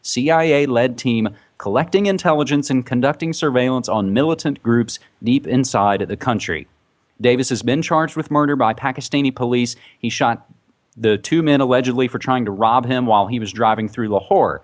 cia led team collecting intelligence and conducting surveillance on militant groups deep inside the country davis has been charged with murder by pakistani police he shot the two men allegedly for trying to rob him while he was driving through lahore